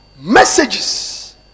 messages